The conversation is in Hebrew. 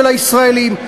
של הישראלים.